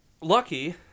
lucky